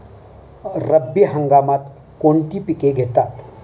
रब्बी हंगामात कोणती पिके घेतात?